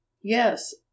Yes